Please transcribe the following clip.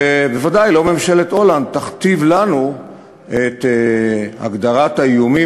ודאי לא ממשלת הולנד תכתיב לנו את הגדרת האיומים